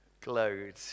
glowed